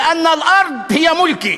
ואתה הפרעת לי ואמרת לי